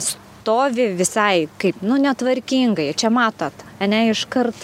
stovi visai kaip nu netvarkingai čia matot ane iškart